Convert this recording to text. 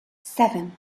seven